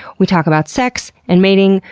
we talk about sex and mating.